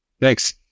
Thanks